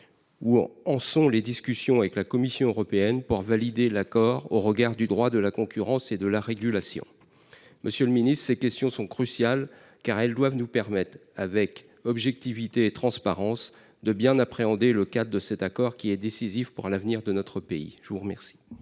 où en sont les discussions avec la Commission européenne pour valider l’accord au regard du droit de la concurrence et de la régulation ? Monsieur le ministre, ces questions sont cruciales, car elles doivent nous permettre, avec objectivité et transparence, de bien appréhender le cadre de cet accord qui est décisif pour l’avenir de notre pays. La parole